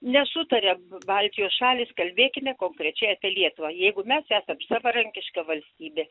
nesutaria baltijos šalys kalbėkime konkrečiai apie lietuvą jeigu mes esam savarankiška valstybė